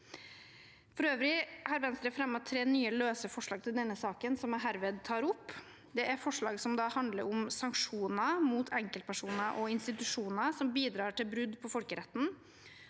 For øvrig har Venstre fremmet tre nye løse forslag til denne saken, som jeg herved tar opp. Det er forslag som handler om sanksjoner mot enkeltpersoner og institusjoner som bidrar til brudd på folkeretten,